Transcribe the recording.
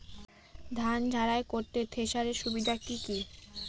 ধান ঝারাই করতে থেসারের সুবিধা কি কি?